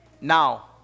now